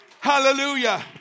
Hallelujah